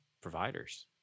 providers